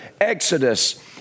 exodus